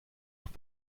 auch